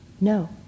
no